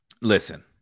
listen